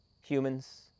humans